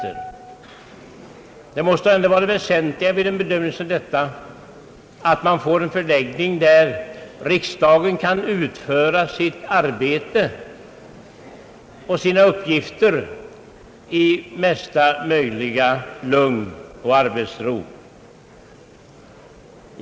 Vid en bedömning av olika alternativ måste det väsentliga vara att man får en förläggning där riksdagen kan utföra sitt arbete och sina uppgifter i mesta möjliga lugn och arbetsro.